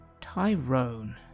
Tyrone